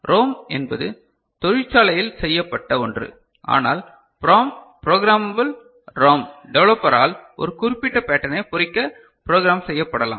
Rome என்பது தொழிற்சாலையில் செய்யப்பட்ட ஒன்று ஆனால் PROM ப்ரோக்ராமபல் ROM டெவலப்பரால் ஒரு குறிப்பிட்ட பேடர்னை பொறிக்க புரோகிராம் செயய்டப்படலாம்